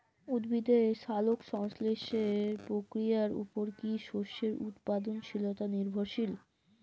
উদ্ভিদের সালোক সংশ্লেষ প্রক্রিয়ার উপর কী শস্যের উৎপাদনশীলতা নির্ভরশীল?